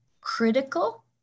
critical